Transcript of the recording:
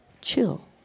chill